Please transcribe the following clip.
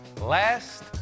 last